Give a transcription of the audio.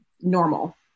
normal